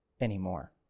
anymore